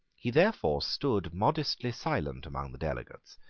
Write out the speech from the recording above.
he therefore stood modestly silent among the delegates,